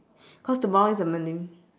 cause tomorrow is a monday